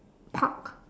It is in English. park